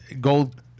gold